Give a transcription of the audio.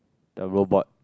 the robot